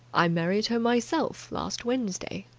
i married her myself last wednesday,